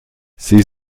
sie